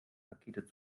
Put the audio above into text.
pakete